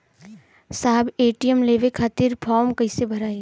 साहब ए.टी.एम लेवे खतीं फॉर्म कइसे भराई?